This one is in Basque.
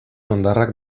hondarrak